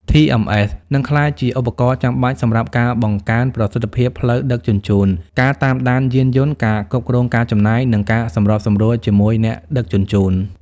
TMS នឹងក្លាយជាឧបករណ៍ចាំបាច់សម្រាប់ការបង្កើនប្រសិទ្ធភាពផ្លូវដឹកជញ្ជូន ការតាមដានយានយន្ត ការគ្រប់គ្រងការចំណាយ និងការសម្របសម្រួលជាមួយអ្នកដឹកជញ្ជូន។